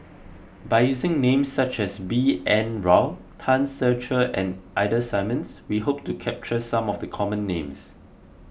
by using names such as B N Rao Tan Ser Cher and Ida Simmons we hope to capture some of the common names